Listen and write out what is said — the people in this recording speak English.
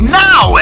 now